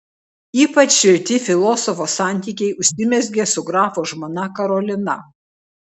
ypač šilti filosofo santykiai užsimezgė su grafo žmona karolina